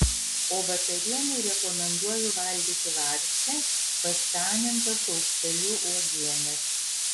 o vakarienei rekomenduoju valgyti varškę paskanintą šaukšteliu uogienės